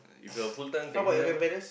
he's a full time taxi driver